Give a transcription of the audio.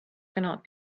cannot